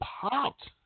popped